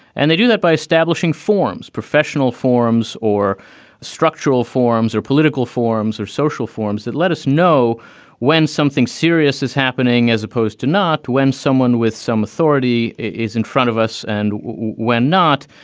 and they do that by establishing forms, professional forums or structural forms or political forums or social forms that let us know when something serious is happening as opposed to not when someone with some authority is in front of us and when not.